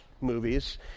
movies